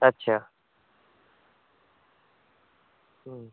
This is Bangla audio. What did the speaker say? আচ্ছা হুম